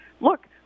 look